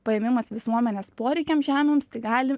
paėmimas visuomenės poreikiam žemėms tai gali